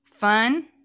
fun